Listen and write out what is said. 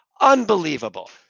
unbelievable